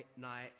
night